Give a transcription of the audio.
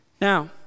Now